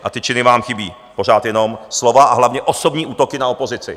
A ty činy vám chybí, pořád jenom slova a hlavně osobní útoky na opozici.